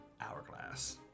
Hourglass